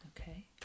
Okay